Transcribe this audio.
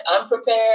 unprepared